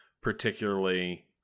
particularly